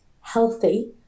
healthy